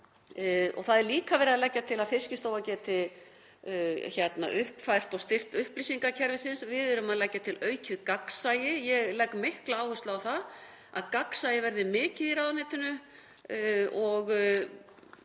Það er líka verið að leggja til að Fiskistofa geti uppfært og styrkt upplýsingakerfissvið. Við erum að leggja til aukið gagnsæi. Ég legg mikla áherslu á að gagnsæi verði mikið í ráðuneytinu,